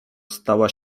stała